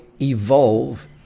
evolve